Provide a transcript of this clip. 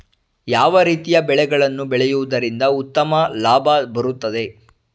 ಯಾವ ರೀತಿಯ ಬೆಳೆಗಳನ್ನು ಬೆಳೆಯುವುದರಿಂದ ಉತ್ತಮ ಲಾಭ ಬರುತ್ತದೆ?